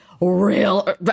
real